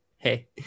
hey